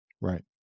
Right